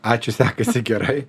ačiū sekasi gerai